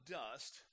dust